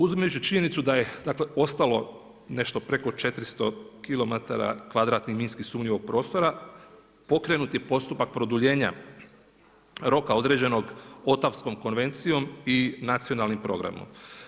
Uzimajući činjenicu da je ostalo nešto preko 400 kilometara kvadratnih minski sumnjivog prostora, pokrenut je postupak produljenja roka određenog Otavskom konvencijom i nacionalnim programom.